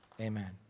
Amen